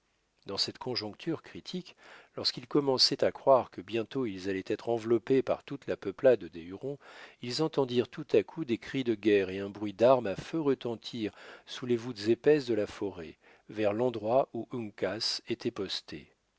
dans cette conjoncture critique lorsqu'ils commençaient à croire que bientôt ils allaient être enveloppés par toute la peuplade des hurons ils entendirent tout à coup des cris de guerre et un bruit d'armes à feu retentir sous les voûtes épaisses de la forêt vers l'endroit où uncas était posté